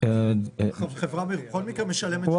חברה בכל מקרה משלמת.